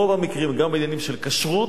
רוב המקרים, גם בעניינים של כשרות.